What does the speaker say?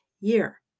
year